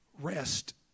Rest